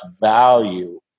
value